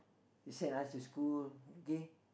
she send us to school okay